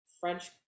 French